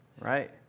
right